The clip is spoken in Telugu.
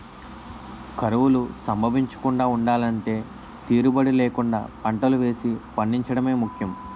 కరువులు సంభవించకుండా ఉండలంటే తీరుబడీ లేకుండా పంటలు వేసి పండించడమే ముఖ్యం